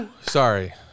Sorry